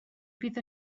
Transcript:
fydd